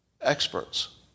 experts